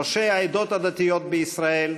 ראשי העדות הדתיות בישראל,